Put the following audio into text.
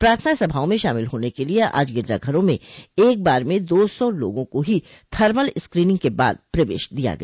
प्रार्थना सभाओं में शामिल होने के लिए आज गिरजाघरों में एक बार में दो सौ लोगों को ही थर्मल स्क्रीनिंग के बाद प्रवेश दिया गया